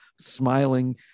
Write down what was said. smiling